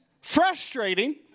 frustrating